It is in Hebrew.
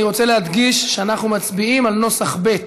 אני רוצה להדגיש שאנחנו מצביעים על נוסח ב'